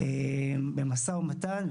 במשא ומתן,